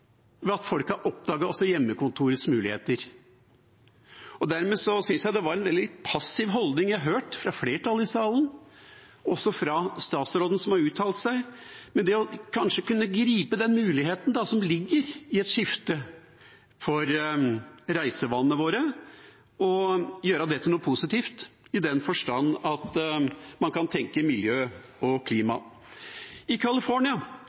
at folk har oppdaget hjemmekontorets muligheter. Dermed synes jeg det var en litt passiv holdning jeg hørte fra flertallet i salen, også fra statsråden som har uttalt seg, til å kunne gripe den muligheten som ligger i et skifte for reisevanene våre og gjøre det til noe positivt, i den forstand at man kan tenke miljø og klima. I